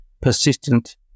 persistent